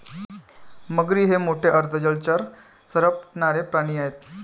मगरी हे मोठे अर्ध जलचर सरपटणारे प्राणी आहेत